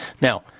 Now